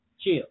chill